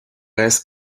reste